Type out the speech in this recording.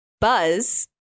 buzz